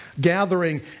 gathering